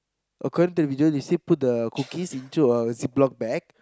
according to the video they say put the cookies into a zip lock bag